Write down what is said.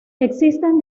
existen